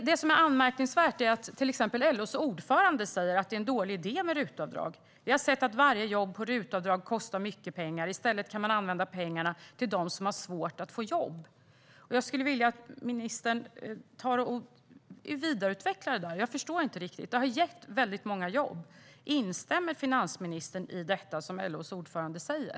Det som är anmärkningsvärt är att till exempel LO:s ordförande säger att det är en dålig idé med RUT-avdrag och att man har sett att varje jobb på RUT-avdrag har kostat mycket pengar som i stället skulle kunna användas till dem som har svårt att få jobb. Jag skulle vilja att ministern vidareutvecklar detta, för jag förstår inte riktigt - det har gett väldigt många jobb. Instämmer finansministern i det som LO:s ordförande säger?